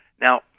Now